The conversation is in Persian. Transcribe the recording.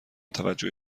توجه